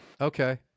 Okay